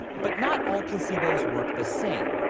but not all placebos work the same.